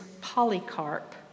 Polycarp